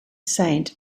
saint